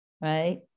right